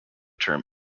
term